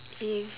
mm